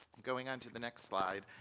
going on to the next slide,